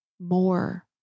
more